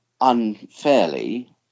unfairly